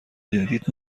جدید